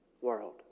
world